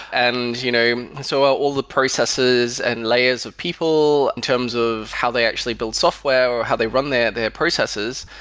and you know so all the processes and layers of people in terms of how they actually build software or how they run their processes,